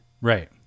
Right